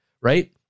right